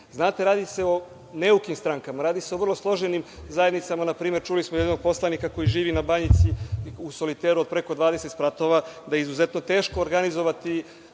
radi se o neukim strankama. Radi se o vrlo složenim zajednicama. Na primer, čuči smo od jednog poslanika, koji živi na Banjici u soliteru od preko 20 spratova, da je izuzetno teško organizovati